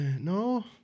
No